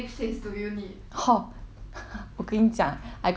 我跟你讲 I got one friend also same